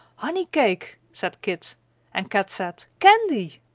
honey cake! said kit and kat said, candy!